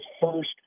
first